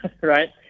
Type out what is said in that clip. right